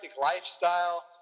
lifestyle